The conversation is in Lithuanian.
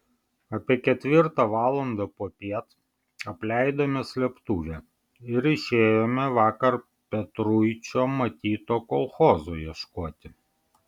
apie ketvirtą valandą popiet apleidome slėptuvę ir išėjome vakar petruičio matyto kolchozo ieškoti